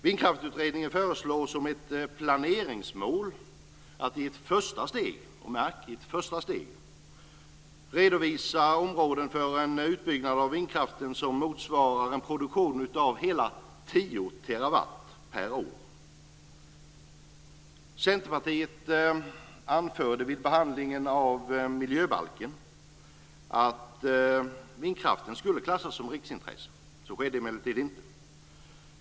Vindkraftsutredningen föreslår som ett planeringsmål att som i ett första steg - märk: i ett första steg - man ska redovisa områden för en utbyggnad av vindkraften som motsvarar en produktion av hela 10 terawatt per år. Centerpartiet anförde vid behandlingen av miljöbalken att vindkraften skulle klassas som riksintresse. Så skedde emellertid inte.